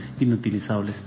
inutilizables